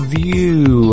view